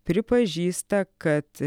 pripažįsta kad